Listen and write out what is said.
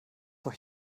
doch